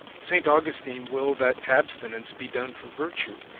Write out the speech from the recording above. saint augustine will that abstinence be done for virtue,